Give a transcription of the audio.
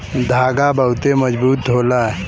धागा बहुते मजबूत होला